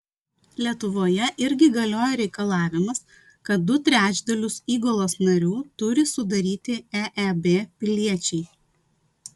lietuvoje irgi galioja reikalavimas kad du trečdalius įgulos narių turi sudaryti eeb piliečiai